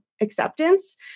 acceptance